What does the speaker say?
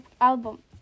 album